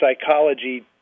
psychology